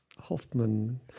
Hoffman